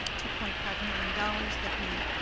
ah two point five million dollars that we